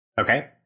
Okay